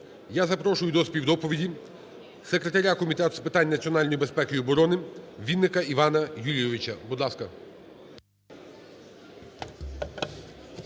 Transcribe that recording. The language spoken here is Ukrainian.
Я запрошую до співдоповіді секретаря Комітету з питань національної безпеки і оборони Вінника Івана Юлійовича. Будь ласка.